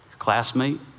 classmate